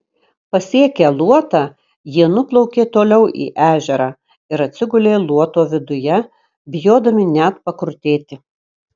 pasiekę luotą jie nuplaukė toliau į ežerą ir atsigulė luoto viduje bijodami net pakrutėti